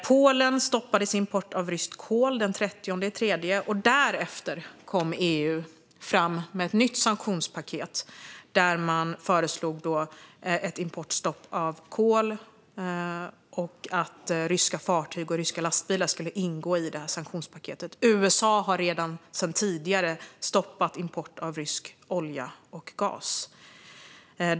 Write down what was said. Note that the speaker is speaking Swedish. Polen stoppade sin import av ryskt kol den 30 mars, och därefter kom EU fram med ett nytt sanktionspaket där man föreslog ett importstopp för kol och att ryska fartyg och ryska lastbilar skulle ingå i det här sanktionspaketet. USA har redan stoppat import av rysk olja och gas sedan tidigare.